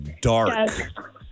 Dark